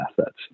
assets